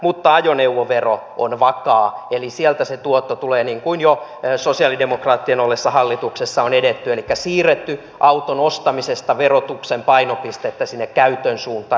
mutta ajoneuvovero on vakaa eli sieltä se tuotto tulee niin kuin jo sosialidemokraattien ollessa hallituksessa on edetty elikkä siirretty auton ostamisesta verotuksen painopistettä sinne käytön suuntaan